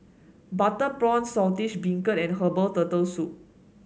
Butter Prawn Saltish Beancurd and Herbal Turtle Soup